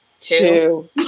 Two